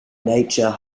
nature